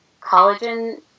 collagen